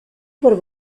por